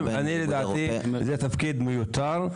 לדעתי זה תפקיד מיותר,